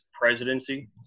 presidency